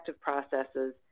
processes